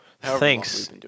Thanks